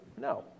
No